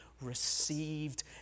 received